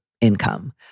income